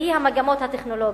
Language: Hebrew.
והיא המגמות הטכנולוגיות.